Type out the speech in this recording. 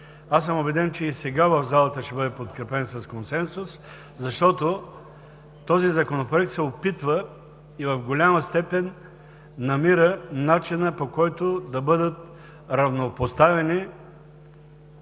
Аз съм убеден, че и сега ще бъде подкрепен с консенсус в залата. Този законопроект се опитва и в голяма степен намира начина, по който да бъдат равнопоставени